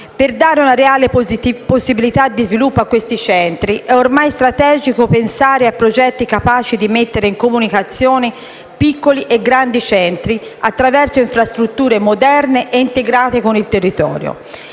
Per dare una reale possibilità di sviluppo a questi centri è ormai strategico pensare a progetti capaci di mettere in «comunicazione» piccoli e grandi centri attraverso infrastrutture moderne e integrate con il territorio.